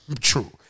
True